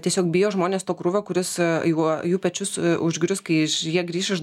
tiesiog bijo žmonės to krūvio kuris jeigu jų pečius užgrius kai jie grįš iš